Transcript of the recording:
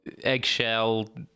eggshell